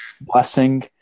blessing